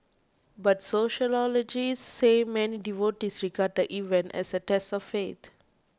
but sociologists say many devotees regard the event as a test of faith